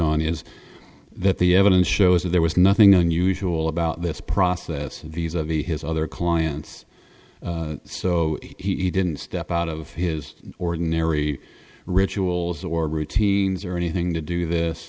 on is that the evidence shows that there was nothing unusual about this process of visa v his other clients so he didn't step out of his ordinary rituals or routines or anything to do this